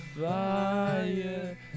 fire